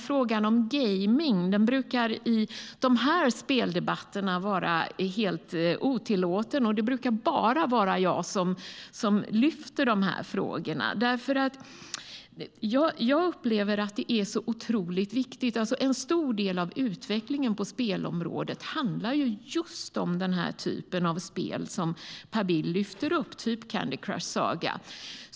Frågan om gaming brukar i de här speldebatterna vara helt otillåten. Det brukar bara vara jag som lyfter dessa frågor. Jag upplever att detta är så otroligt viktigt. En stor del av utvecklingen på spelområdet handlar just om den typ av spel som Per Bill lyfter upp, typ Candy Crush Saga.